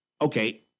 okay